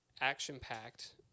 action-packed